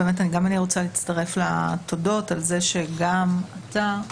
גם אני רוצה להצטרף לתודות על זה שגם אתה,